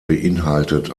beinhaltet